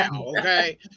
okay